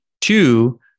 Two